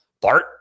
Bart